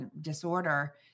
disorder